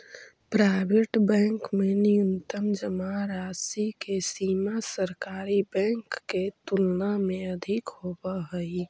private bank में न्यूनतम जमा राशि के सीमा सरकारी बैंक के तुलना में अधिक होवऽ हइ